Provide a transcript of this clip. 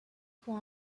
pour